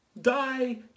die